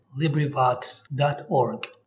LibriVox.org